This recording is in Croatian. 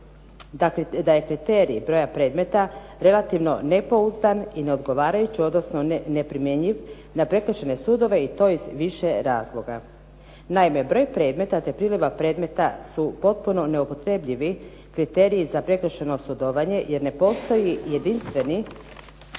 da je kriterij broja predmeta relativno nepouzdan i neodgovarajući, odnosno neprimjenjiv na prekršajne sudove i to iz više razloga. Naime, broj predmeta te …/Govornica se ne razumije./… predmeta su potpuno neupotrebljivi kriteriji za prekršajno sudovanje, jer ne postoji jedinstveni,